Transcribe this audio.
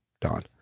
Don